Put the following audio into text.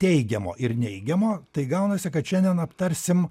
teigiamo ir neigiamo tai gaunasi kad šiandien aptarsim